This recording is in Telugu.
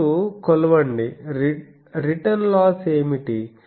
ఇప్పుడు కొలవండి రిటర్న్ లాస్ ఏమిటి